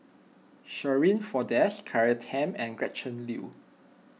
Shirin Fozdar Claire Tham and Gretchen Liu